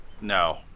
No